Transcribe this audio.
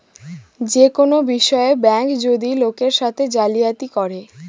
যে কোনো বিষয়ে ব্যাঙ্ক যদি লোকের সাথে জালিয়াতি করে